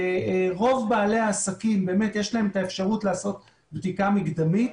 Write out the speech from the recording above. לרוב בעלי העסקים יש את האפשרות לעשות בדיקה מקדמית.